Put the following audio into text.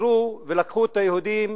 עצרו ולקחו את היהודים,